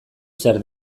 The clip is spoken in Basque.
zer